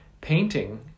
painting